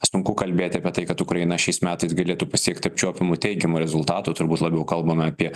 sunku kalbėti apie tai kad ukraina šiais metais galėtų pasiekt apčiuopiamų teigiamų rezultatų turbūt labiau kalbame apie